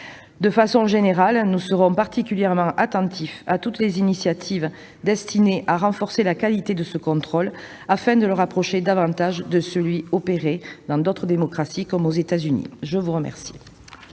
De façon générale, nous serons particulièrement attentifs à toutes les initiatives destinées à renforcer la qualité de ce contrôle, afin de le rapprocher davantage de celui effectué dans d'autres démocraties, comme les États-Unis. La parole